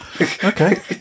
Okay